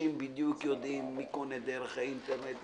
תראי לי פרויקט אמיתי אחד שיצא לדרך שאתה יכול לומר,